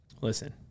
listen